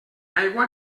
aigua